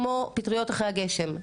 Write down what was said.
כמו פטריות אחרי הגשם,